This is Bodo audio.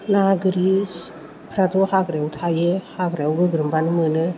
ना गोरिफ्राथ' हाग्रायाव थायो हाग्रायाव गोग्रोमबानो मोनो